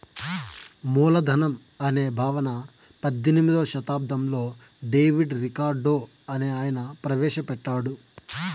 మూలధనం అనే భావన పద్దెనిమిదో శతాబ్దంలో డేవిడ్ రికార్డో అనే ఆయన ప్రవేశ పెట్టాడు